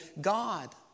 God